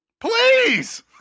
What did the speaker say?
Please